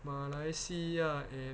马来西亚 and